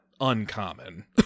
uncommon